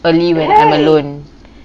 early when I'm alone